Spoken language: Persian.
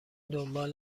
دنبال